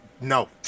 no